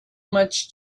much